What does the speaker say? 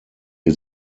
wir